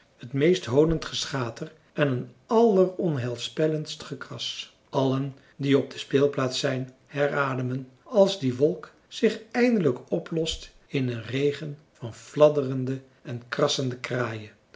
het meest hoonend geschater en een alleronheilspellendst gekras allen die op de speelplaats zijn herademen als die wolk zich eindelijk oplost in een regen van fladderende en krassende kraaien